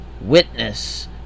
witness